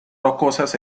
rocosas